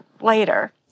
later